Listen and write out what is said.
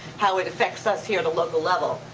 how it affects us here at a local level.